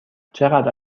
چقدر